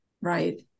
right